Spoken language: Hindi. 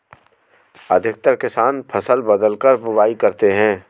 अधिकतर किसान फसल बदलकर बुवाई करते है